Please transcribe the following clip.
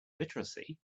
literacy